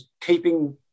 keeping